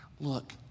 Look